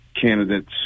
candidates